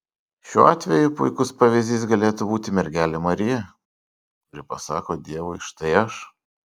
šiuo atveju puikus pavyzdys galėtų būti mergelė marija kuri pasako dievui štai aš